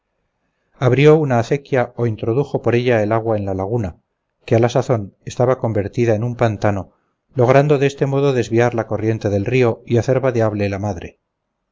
abrió una acequia o introdujo por ella el agua en la laguna que a la sazón estaba convertida en un pantano logrando de este modo desviar la corriente del río y hacer vadeable la madre